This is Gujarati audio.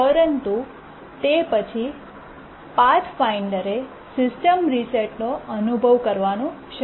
પરંતુ તે પછી પાથફાઇન્ડર એ સિસ્ટમ રીસેટનો અનુભવ કરવાનું શરૂ કર્યું